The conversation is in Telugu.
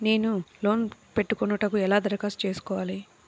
నేను లోన్ పెట్టుకొనుటకు ఎలా దరఖాస్తు చేసుకోవాలి?